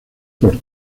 por